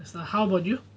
how about you